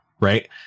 right